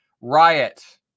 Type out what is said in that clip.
Riot